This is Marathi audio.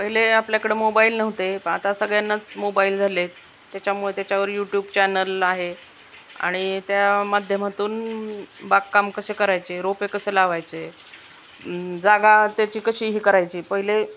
पहिले आपल्याकडं मोबाईल नव्हते प आता सगळ्यांनाच मोबाईल झालेत त्याच्यामुळे त्याच्यावर यूट्यूब चॅनल आहे आणि त्या माध्यमातून बागकाम कसे करायचे रोपे कसें लावायचे जागा त्याची कशी ही करायची पहिले